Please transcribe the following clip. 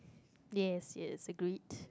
yes yes agreed